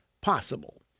possible